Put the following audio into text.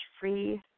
free